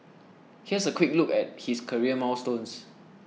here's a quick look at his career milestones